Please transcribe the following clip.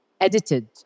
edited